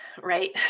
right